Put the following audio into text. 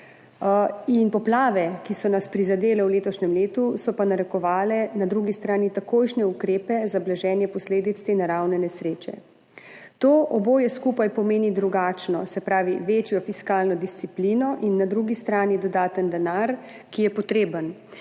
Poplave, ki so nas prizadele v letošnjem letu, so pa narekovale na drugi strani takojšnje ukrepe za blaženje posledic te naravne nesreče. Oboje skupaj pomeni drugačno, se pravi večjo fiskalno disciplino in na drugi strani dodaten denar, ki je potreben,